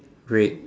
red